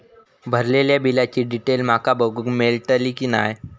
भरलेल्या बिलाची डिटेल माका बघूक मेलटली की नाय?